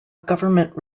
government